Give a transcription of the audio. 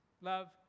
love